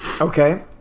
Okay